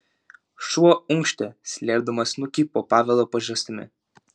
šuo unkštė slėpdamas snukį po pavelo pažastimi